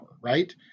right